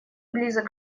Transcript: близок